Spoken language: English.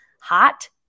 hot